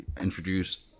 introduced